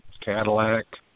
Cadillac